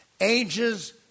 ages